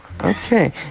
Okay